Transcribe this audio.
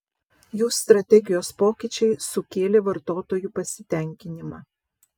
jų strategijos pokyčiai sukėlė vartotojų pasitenkinimą